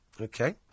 Okay